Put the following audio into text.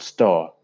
Store